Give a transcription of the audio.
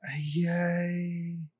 Yay